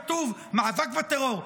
ובשם החוק כתוב: מאבק בטרור,